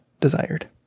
desired